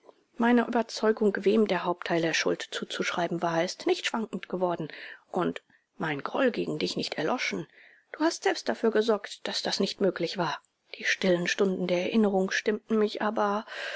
meine überzeugung wem der hauptteil der schuld zuzuschreiben war ist nicht schwankend geworden und mein groll gegen dich nicht erloschen du hast selbst dafür gesorgt daß das nicht möglich war die stillen stunden der erinnerung stimmten mich aber